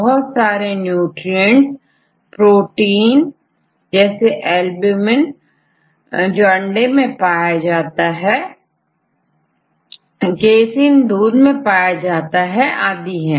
बहुत सारे nutrients protein जैसे एल्ब्यूमिन जो अंडे में पाया जाता है केसीन दूध में पाया जाता है आदि है